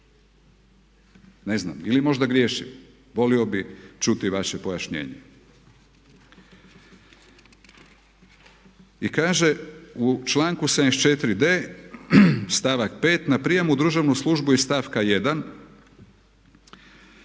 Ne znam, ili možda griješim. Volio bih čuti vaše pojašnjenje. I kaže u članku 74.d stavak 5.:“Na prijam u državnu službu iz stavka 1.